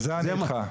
בזה אני איתך.